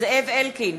זאב אלקין,